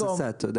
תודה